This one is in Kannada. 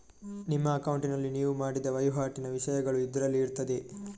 ನಿಮ್ಮ ಅಕೌಂಟಿನಲ್ಲಿ ನೀವು ಮಾಡಿದ ವೈವಾಟಿನ ವಿಷಯಗಳು ಇದ್ರಲ್ಲಿ ಇರ್ತದೆ